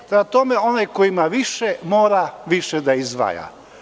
Prema tome, onaj ko ima više, mora više da izdvaja.